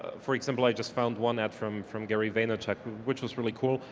for example, i just found one ad from from gary vaynerchuk, which was really cool.